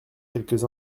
quelques